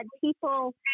people